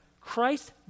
Christ